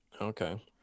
okay